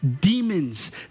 demons